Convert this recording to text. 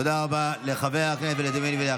תודה רבה לחבר הכנסת ולדימיר בליאק.